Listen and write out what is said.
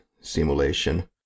Simulation